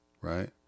right